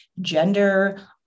gender